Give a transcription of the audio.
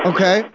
Okay